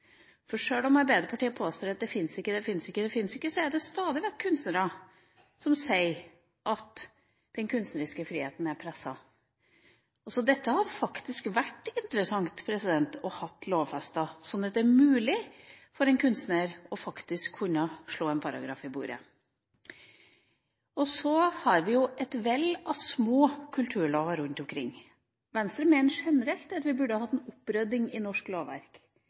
Sjøl om Arbeiderpartiet påstår at det fins ikke, det fins ikke, det fins ikke, er det stadig vekk kunstnere som sier at den kunstneriske friheten er presset. Dette hadde det vært interessant å ha lovfestet, sånn at det er mulig for en kunstner faktisk å kunne slå en paragraf i bordet. Så har vi et vell av små kulturlover rundt omkring. Venstre mener generelt at vi burde hatt en opprydding i norsk lovverk.